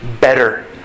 better